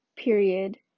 Period